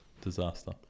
Disaster